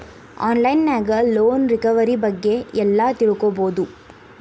on line ನ್ಯಾಗ loan recovery ಬಗ್ಗೆ ಎಲ್ಲಾ ತಿಳ್ಕೊಬೊದು